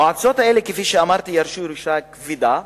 המועצות האלה, כפי שאמרתי, ירשו ירושה כבדה.